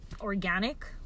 organic